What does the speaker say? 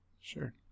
sure